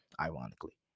ironically